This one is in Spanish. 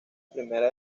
primera